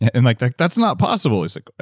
and like like that's not possible. he's like,